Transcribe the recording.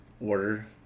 order